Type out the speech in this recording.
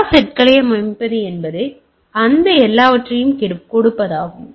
எல்லா செட்களையும் அமைப்பது என்பது அந்த எல்லாவற்றையும் கொடுப்பதாகும்